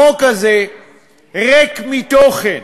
החוק הזה ריק מתוכן